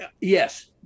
Yes